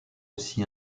aussi